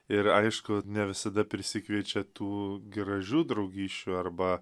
ir aišku ne visada prisikviečia tų gražių draugysčių arba